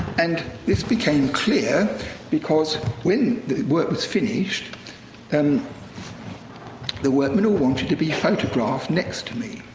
and this became clear because when the work was finished and the workmen all wanted to be photographed next to me.